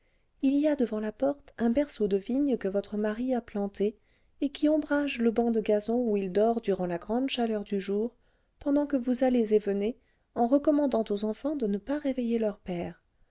il y a devant la porte un berceau de vigne que votre mari a plantée et qui ombrage le banc de gazon où il dort durant la grande chaleur du jour pendant que vous allez et venez en recommandant aux enfants de ne pas réveiller leur père